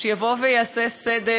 שיבוא ויעשה סדר.